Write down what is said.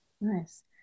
Nice